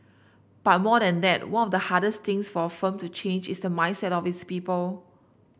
but more than that one of the hardest things for a firm to change is the mindset of its people